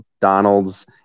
Donald's